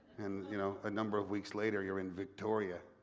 and you know a number of weeks later, you're in victoria.